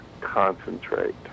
Concentrate